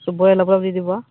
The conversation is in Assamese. চবৰে অলপ অলপ দি দিব আৰু